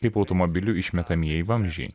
kaip automobilių išmetamieji vamzdžiai